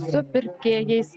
su pirkėjais